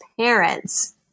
parents